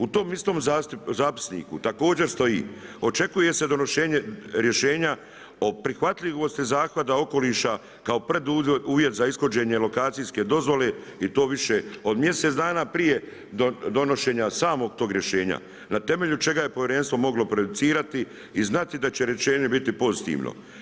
U tom istom zapisniku također stoji očekuje se donošenje rješenja o prihvatljivosti zahvata okoliša kao preduvjet za ishođenje lokacijske dozvole i to više od mjesec dana prije donošenja samog tog rješenja na temelju čega je povjerenstvo moglo prejudicirati i znati da će rješenje biti pozitivno.